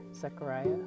Zechariah